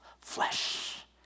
flesh